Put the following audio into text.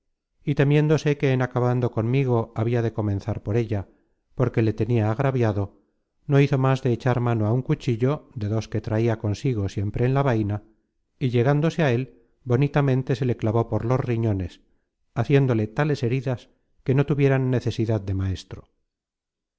y temiéndose que en acabando conmigo habia de comenzar por ella porque le tenia agraviado no hizo más de echar mano á un cuchillo de dos que traia consigo siempre en la vaina y llegándose á él bonitamente se le clavó por los riñones haciéndole tales heridas que no tu vieran necesidad de maestro